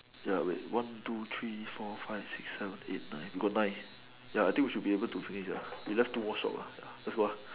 ya wait one two three four five six seven eight nine we got nine ya I think we should be able to finish lah we left two more shops uh ya let's go uh